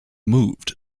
moved